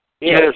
Yes